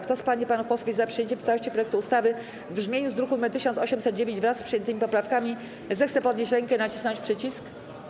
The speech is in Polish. Kto z pań i panów posłów jest za przyjęciem w całości projektu ustawy w brzmieniu z druku nr 1809, wraz z przyjętymi poprawkami, zechce podnieść rękę i nacisnąć przycisk.